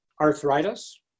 Arthritis